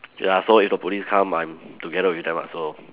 ya so if the police come I'm together with them lah so